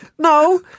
No